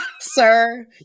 Sir